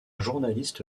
journaliste